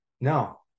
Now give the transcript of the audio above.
no